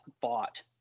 bought